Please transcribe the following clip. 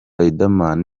riderman